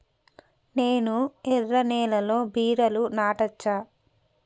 నేను ఎర్ర నేలలో బీరలు నాటచ్చా?